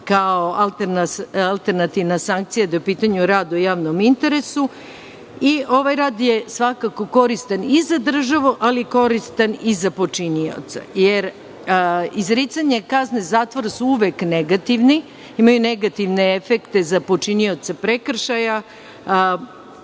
kao alternativna sankcija, da je u pitanju rad u javnom interesu. Ovaj rad je svakako koristan i za državu, ali koristan je i za počinioce, jer izricanje kazne zatvora su uvek negativne. Imaju negativne efekte za počinioce prekršaja.